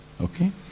Okay